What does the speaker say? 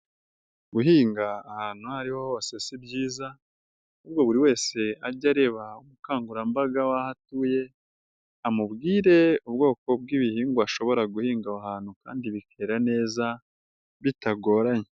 Guhinga ahantu aho ariho hose si byiza ubwo buri wese ajya areba umukangurambaga w'aho atuye, amubwire ubwoko bw'ibihingwa ashobora guhinga aho hantu kandi bike neza bitagoranye.